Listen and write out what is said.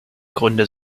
gründe